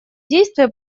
действия